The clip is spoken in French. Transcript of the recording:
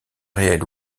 réels